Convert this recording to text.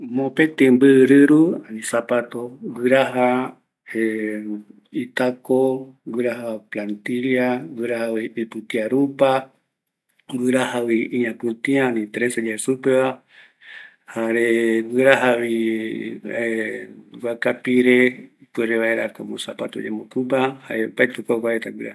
Mopetɨ mbɨ rɨru, guiraja, ee itaco, guiraja plantilla, guirajavi ipɨtia rupa, guirajavi iñapitia, itrensa, jare guiravi guaka pire ipuerevaera yaiporu mbɨ rɨrura, jae opaete kua kua reta guiraja